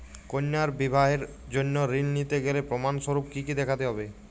কন্যার বিবাহের জন্য ঋণ নিতে গেলে প্রমাণ স্বরূপ কী কী দেখাতে হবে?